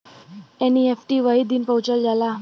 NEFT वही दिन पहुंच जाला